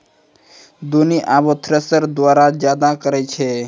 दौनी आबे थ्रेसर द्वारा जादा करै छै